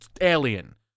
alien